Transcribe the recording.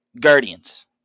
guardians